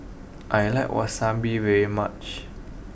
I like Wasabi very much